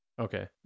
Okay